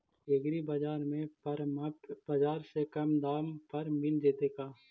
एग्रीबाजार में परमप बाजार से कम दाम पर मिल जैतै का?